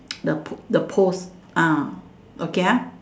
the the post ah okay ah